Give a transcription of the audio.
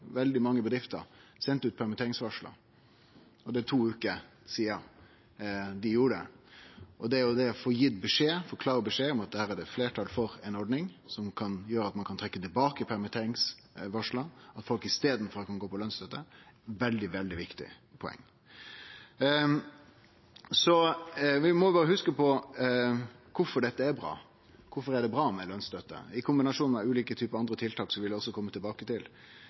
veldig mange bedrifter sende ut permitteringsvarsel om – og det er to veker sidan dei gjorde det. Målet vårt er å få gitt klar beskjed om at her er det fleirtal for ei ordning som gjør at ein kan trekkje tilbake permitteringsvarslane, og at folk i staden kan gå på lønsstøtte. Det er eit veldig, veldig viktig poeng. Vi må berre huske på kvifor dette er bra. Kvifor er det bra med lønsstøtte, i kombinasjon med ulike typar andre tiltak som vi vil kome tilbake til?